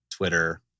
twitter